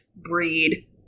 breed